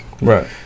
right